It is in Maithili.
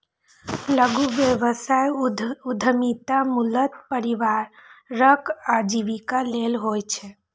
लघु व्यवसाय उद्यमिता मूलतः परिवारक आजीविका लेल होइ छै